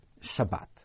Shabbat